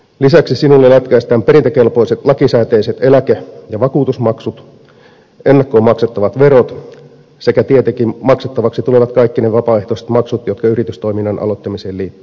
lisäksi sinulle lätkäistään perintäkelpoiset lakisääteiset eläke ja vakuutusmaksut ennakkoon maksettavat verot sekä tietenkin maksettavaksi tulevat kaikki ne vapaaehtoiset maksut jotka yritystoiminnan aloittamiseen liittyvät